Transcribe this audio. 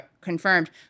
confirmed